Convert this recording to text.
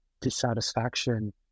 dissatisfaction